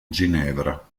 ginevra